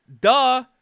duh